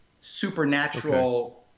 supernatural